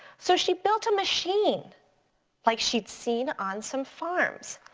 so she built a machine like she'd seen on some farms.